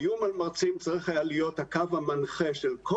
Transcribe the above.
האיום על מרצים צריך היה להיות הקו המנחה של כל